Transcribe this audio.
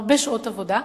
הרבה שעות עבודה,